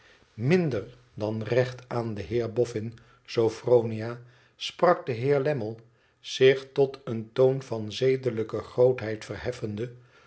minder dan recht aan den heer boffin sophronia sprak de heer lammie zich tot een toon van zedelijke grootheid verheffende